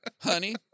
Honey